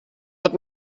hat